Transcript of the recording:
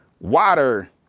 water